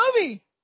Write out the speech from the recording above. movie